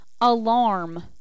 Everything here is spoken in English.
alarm